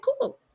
cool